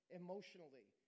emotionally